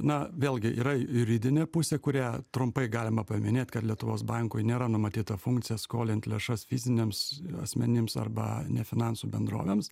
na vėlgi yra juridinė pusė kurią trumpai galima paminėt kad lietuvos bankui nėra numatyta funkcija skolint lėšas fiziniams asmenims arba ne finansų bendrovėms